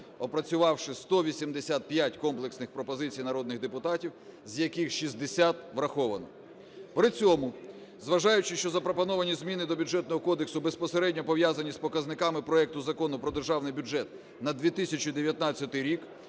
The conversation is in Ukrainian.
опрацювавши 185 комплексних пропозицій народних депутатів, з яких 60 враховано. При цьому, зважаючи, що запропоновані зміни до Бюджетного кодексу безпосередньо пов'язані з показниками проекту Закону про Державний бюджет на 2019 рік,